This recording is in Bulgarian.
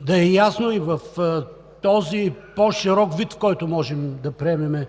да е ясно и в този по-широк вид, в който можем да приемем